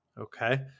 Okay